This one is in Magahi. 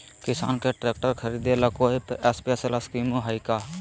किसान के ट्रैक्टर खरीदे ला कोई स्पेशल स्कीमो हइ का?